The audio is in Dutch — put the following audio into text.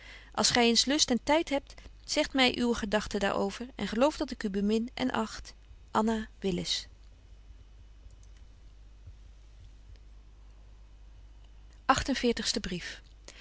zo gy eens lust en tyd hebt zeg my uwe gedagten daar over en geloof dat ik u bemin en